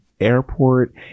airport